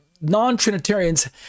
non-Trinitarians